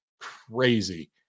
crazy